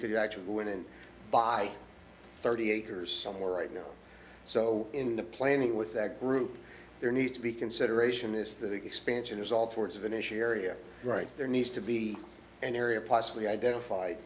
could actually win by thirty acres somewhere right now so in the planning with that group there needs to be consideration is that expansion there's all sorts of an issue area right there needs to be an area possibly identified